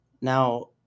Now